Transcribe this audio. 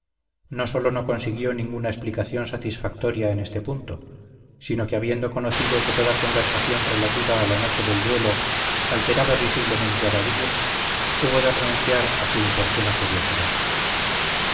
no sólo no consiguió ninguna explicación satisfactoria en este punto sino que habiendo conocido que toda conversación relativa a la noche del duelo alteraba visiblemente a vadillo hubo de renunciar a su importuna curiosidad